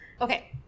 Okay